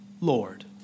Lord